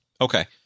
Okay